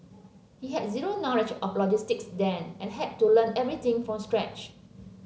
he had zero knowledge of logistics then and had to learn everything from scratch